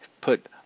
put